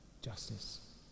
justice